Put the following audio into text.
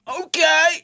Okay